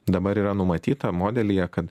dabar yra numatyta modelyje kad